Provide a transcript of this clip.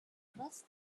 across